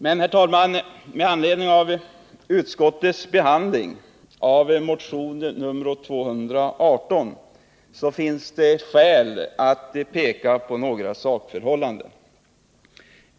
Men, herr talman, med anledning av utskottets behandling av motion 218 finns det skäl att peka på några sakförhållanden.